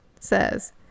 says